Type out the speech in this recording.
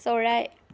চৰাই